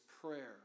prayer